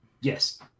yes